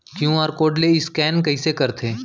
QR code ले scan कइसे करथे?